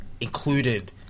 included